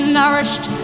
nourished